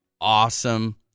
awesome